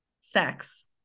Sex